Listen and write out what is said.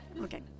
Okay